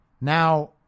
Now